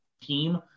team